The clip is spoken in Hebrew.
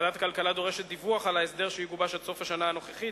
ועדת הכלכלה דורשת דיווח על ההסדר שיגובש עד סוף השנה הנוכחית,